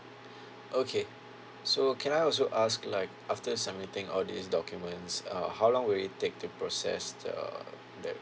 okay so can I also ask like after submitting all these documents err how long will it take to process the the